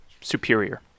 superior